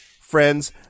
friends